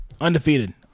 undefeated